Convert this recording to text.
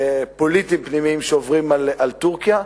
פוליטיים פנימיים, שעוברים על טורקיה.